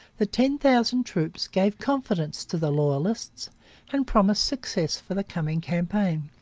the ten thousand troops gave confidence to the loyalists and promised success for the coming campaign.